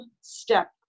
step